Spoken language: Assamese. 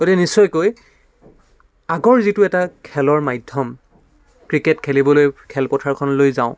গতিকে নিশ্চয়কৈ আগৰ যিটো এটা খেলৰ মাধ্যম ক্ৰিকেট খেলিবলৈ খেলপথাৰখনলৈ যাওঁ